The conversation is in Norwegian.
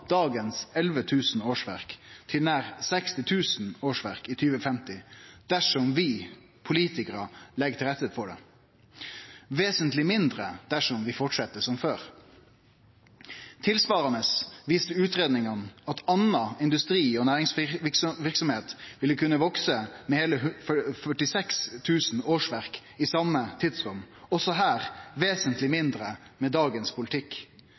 dagens 11 000 årsverk til nær 60 000 årsverk i 2050, dersom vi politikarar legg til rette for det – vesentleg mindre dersom vi fortset som før. Tilsvarande viste utgreiinga at annan industri og næringsverksemd ville kunne vekse med heile 46 000 årsverk i same tidsrom – også her vesentleg mindre med dagens politikk.